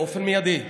באופן מיידי.